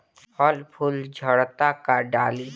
फल फूल झड़ता का डाली?